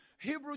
Hebrew